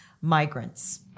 migrants